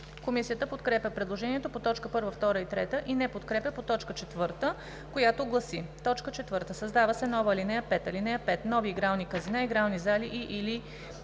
Комисията подкрепя предложението по т. 1, 2 и 3 и не подкрепя по т. 4, която гласи: „4. Създава се нова ал. 5: „(5) Нови игрални казина, игрални зали и/или